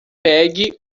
pegue